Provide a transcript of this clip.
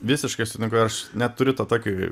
visiškai sutinku aš net turiu tą tokį